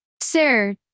Sir